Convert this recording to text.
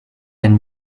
anne